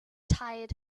tired